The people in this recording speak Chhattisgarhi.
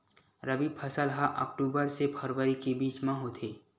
रबी फसल हा अक्टूबर से फ़रवरी के बिच में होथे